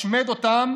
אללה, השמד אותם